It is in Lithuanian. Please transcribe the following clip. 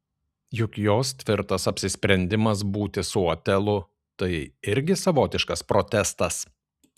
juk jos tvirtas apsisprendimas būti su otelu tai irgi savotiškas protestas